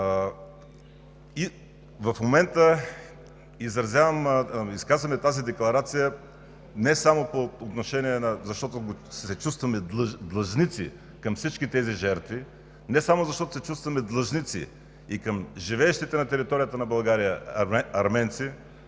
В момента изказваме тази декларация не само защото се чувстваме длъжници към всички тези жертви, не само защото се чувстваме длъжници и към живеещите на територията на България арменци